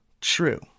true